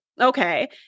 Okay